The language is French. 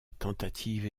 tentative